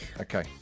Okay